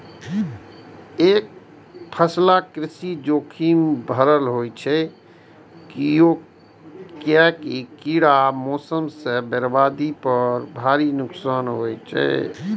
एकफसला कृषि जोखिम भरल होइ छै, कियैकि कीड़ा, मौसम सं बर्बादी पर भारी नुकसान होइ छै